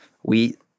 wheat